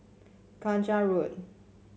Kung Chong Road